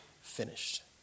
finished